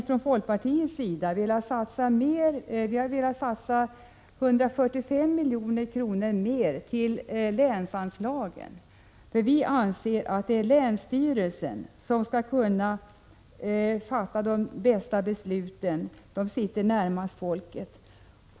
Från folkpartiets sida har vi velat satsa 145 milj.kr. mer på länsanslagen. Vi anser att det är länsstyrelsen som kan fatta de bästa besluten; låt mig säga att den sitter närmast folket.